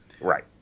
Right